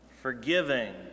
forgiving